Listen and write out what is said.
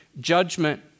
judgment